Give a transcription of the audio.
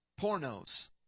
pornos